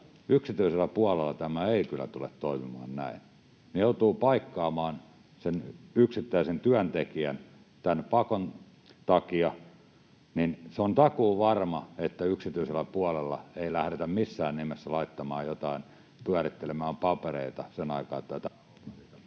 yksityisellä puolella tämä ei kyllä tule toimimaan näin. He joutuvat paikkaamaan sen yksittäisen työntekijän tämän pakon takia. Se on takuuvarmaa, että yksityisellä puolella ei lähdetä missään nimessä laittamaan pyörittelemään papereita sitä aikaa.